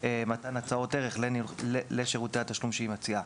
מתן הצעות ערך לשירותי התשלום שהיא מציעה.